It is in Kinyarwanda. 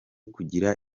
kugira